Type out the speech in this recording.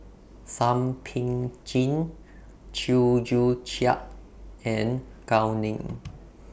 Thum Ping Jin Chew Joo Chiat and Gao Ning